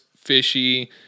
fishy